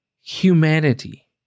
humanity